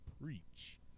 preach